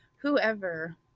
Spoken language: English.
whoever